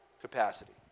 capacity